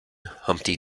humpty